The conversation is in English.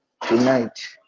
Tonight